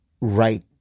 right